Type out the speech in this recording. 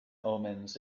omens